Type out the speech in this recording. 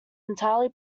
entirely